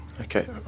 Okay